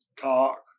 talk